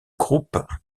groupe